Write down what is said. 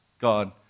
God